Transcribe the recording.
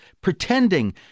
pretending